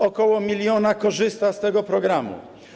Około miliona korzysta z tego programu.